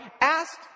asked